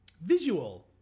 visual